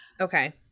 okay